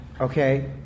okay